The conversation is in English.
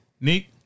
Nick